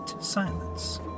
silence